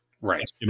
Right